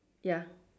ya